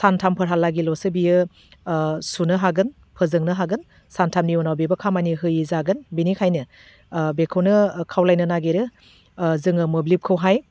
सानथामफोरहा लागैल'सो बियो सुनो हागोन फोजोंनो हागोन सानथामनि उनाव बिबो खामानि होयै जागोन बिनिखायनो बेखौनो खावलायनो नागिरो जोङो मोब्लिबखौहाय